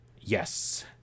Yes